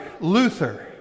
Luther